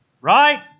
right